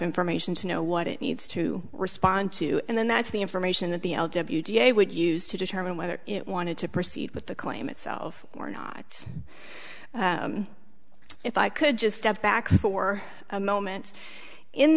information to know what it needs to respond to and then that's the information that the da would use to determine whether it wanted to proceed with the claim itself or not if i could just step back for a moment in